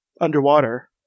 underwater